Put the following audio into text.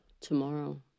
tomorrow